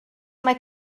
mae